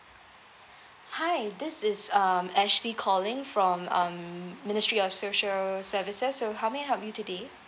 hi this is um ashley calling from um ministry of social services so how may I help you today